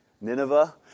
Nineveh